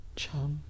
chum